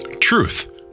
truth